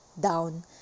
down